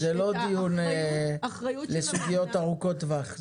זה לא דיון לסוגיות ארוכות טווח.